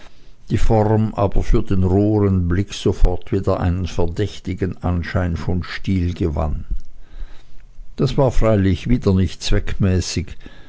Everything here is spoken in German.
die form aber für den rohern blick sofort wieder einen verdächtigen anschein von stil gewann das war freilich wieder nicht zweckmäßig